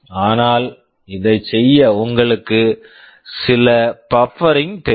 ஆனால் இதைச் செய்ய உங்களுக்கு சில பபரிங் buffering தேவை